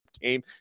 game